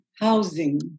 housing